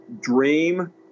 dream